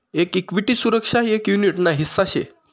एक इक्विटी सुरक्षा एक युनीट ना हिस्सा शे